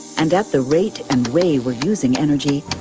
and at the rate and way we're using energy,